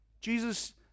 Jesus